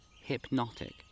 hypnotic